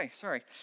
sorry